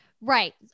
Right